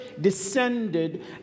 descended